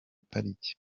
pariki